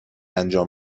انجام